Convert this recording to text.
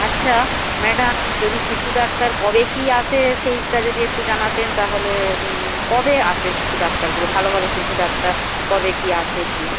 আচ্ছা ম্যাডাম যদি শিশু ডাক্তার কবে কী আছে সেইটা যদি একটু জানাতেন তাহলে মানে কবে আসে শিশু ডাক্তারগুলো ভালো ভালো শিশু ডাক্তার কবে কী আসে কী